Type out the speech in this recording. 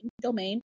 domain